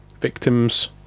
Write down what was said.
victims